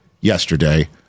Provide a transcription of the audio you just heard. yesterday